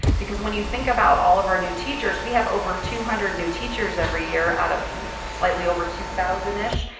because when you think about all of our new teachers, we have over two hundred new teachers every year out of slightly over two thousand ish.